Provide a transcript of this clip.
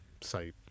say